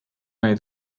nahi